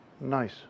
nice